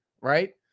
right